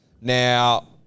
Now